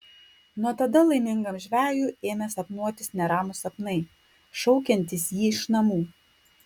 nuo tada laimingam žvejui ėmė sapnuotis neramūs sapnai šaukiantys jį iš namų